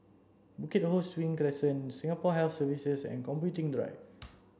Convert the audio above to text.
Bukit Ho Swee Crescent Singapore Health Services and Computing Drive